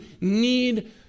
need